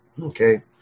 Okay